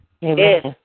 Yes